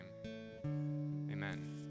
Amen